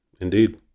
indeed